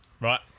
Right